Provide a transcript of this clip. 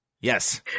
Yes